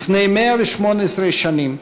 לפני 118 שנים,